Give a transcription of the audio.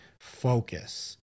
focus